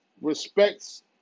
respects